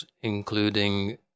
including